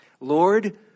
Lord